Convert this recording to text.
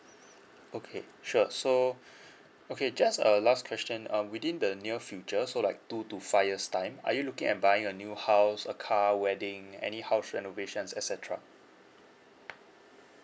okay sure so okay just a last question um within the near future so like two to five years time are you looking at buying a new house a car wedding any house renovation et cetera